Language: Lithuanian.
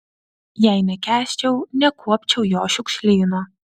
jei nekęsčiau nekuopčiau jo šiukšlyno